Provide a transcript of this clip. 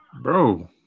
bro